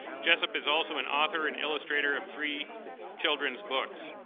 jessup is also and author and illustrator of three children's books.